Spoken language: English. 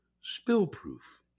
spill-proof